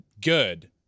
good